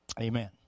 Amen